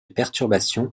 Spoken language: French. perturbation